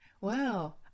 wow